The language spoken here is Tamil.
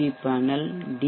we panel D